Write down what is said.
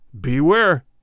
beware